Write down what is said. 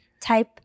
type